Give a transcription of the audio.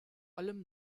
allem